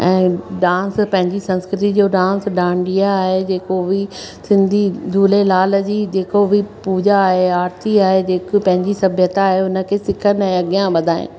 ऐं डांस पंहिंजी संस्कृति जो डांस डांडिया ऐं जेको बि सिंधी झूलेलाल जी जेको बि पूॼा आहे आरिती आहे हिकु पंहिंजी सभ्यता आहे हुनखे सिखनि ऐं अॻियां वधाइनि